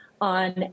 on